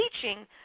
teaching